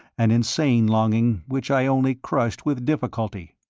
an insane longing which i only crushed with difficulty.